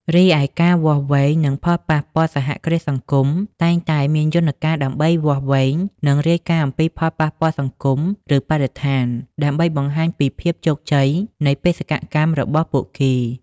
រីឯការវាស់វែងនឹងផលប៉ះពាល់សហគ្រាសសង្គមតែងតែមានយន្តការដើម្បីវាស់វែង និងរាយការណ៍អំពីផលប៉ះពាល់សង្គម ឬបរិស្ថាន ដើម្បីបង្ហាញពីភាពជោគជ័យនៃបេសកកម្មរបស់ពួកគេ ។